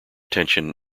tension